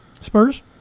spurs